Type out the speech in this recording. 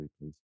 please